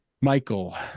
Michael